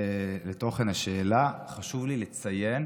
לפני שאתייחס לתוכן השאלה חשוב לי לציין: